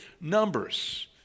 Numbers